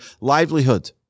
livelihood